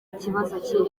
kibazo